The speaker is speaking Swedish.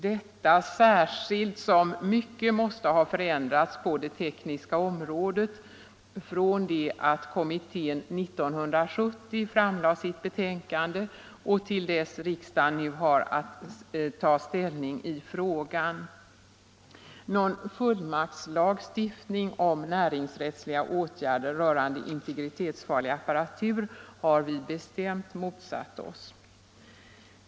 Detta särskilt som mycket måste ha förändrats på det tekniska området från det att kommittén 1970 framlade sitt betänkande och till dess riksdagen nu har att ta ställning i frågan. En fullmaktslagstiftning om näringsrättsliga åtgärder rörande integritetsfarlig apparatur har vi bestämt motsatt oss.